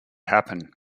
happen